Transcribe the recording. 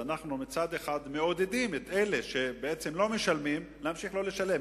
מצד אחד אנחנו מעודדים את אלה שלא משלמים להמשיך לא לשלם,